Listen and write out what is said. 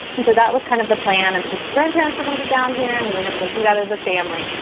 and so that was kind of the plan. his grandparents were gonna be down here and we were gonna go do that as a family.